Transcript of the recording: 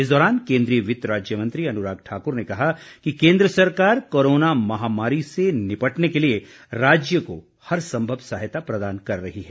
इस दौरान केंद्रीय वित्त राज्य मंत्री अनुराग ठाकुर ने कहा कि केंद्र सरकार कोरोना महामारी से निपटने के लिए राज्य को हर संभव सहायता प्रदान कर रही है